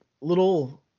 little